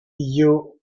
you